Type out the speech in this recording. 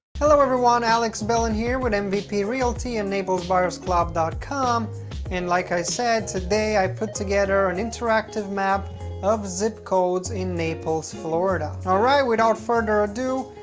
hello everyone! alex belan here with and mvp realty and naplesbuyersclub dot com and like i said, today i put together an interactive map of zip codes in naples fl and alright! without further ado,